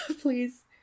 Please